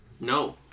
No